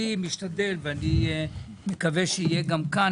אני משתדל ואני מקווה שיהיה גם כאן,